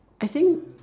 I think